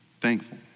thankful